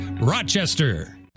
Rochester